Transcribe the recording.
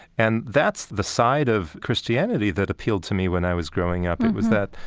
and that's the side of christianity that appealed to me when i was growing up. it was that,